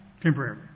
temporarily